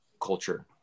culture